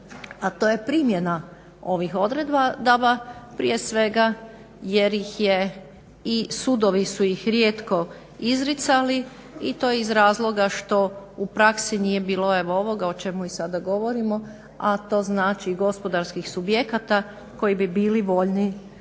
a to je primjena ovih odredbi, prije svega jer ih je i sudovi su ih rijetko izricali i to iz razloga što u praksi nije bilo evo ovoga o čemu i sada govorimo, a to znači gospodarskih subjekata koji bi bili voljni zaposlit